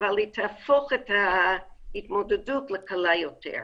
אבל היא תהפוך את ההתמודדות לקלה יותר.